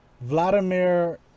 Vladimir